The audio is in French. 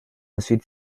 ensuite